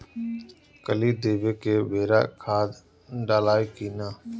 कली देवे के बेरा खाद डालाई कि न?